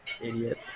idiot